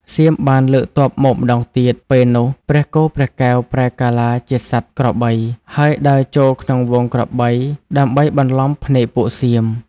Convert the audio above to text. សៀមបានលើកទ័ពមកម្ដងទៀត ពេលនោះព្រះគោព្រះកែវប្រែកាឡាជាសត្វក្របី ហើយដើរចូលក្នុងហ្វូងក្របីដើម្បីបន្លំភ្នែកពួកសៀម។